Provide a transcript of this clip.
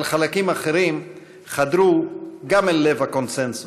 אבל חלקים אחרים חדרו גם אל לב הקונסנזוס.